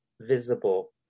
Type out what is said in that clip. visible